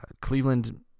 Cleveland